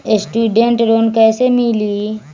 Student loan कैसे मिली?